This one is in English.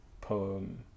poem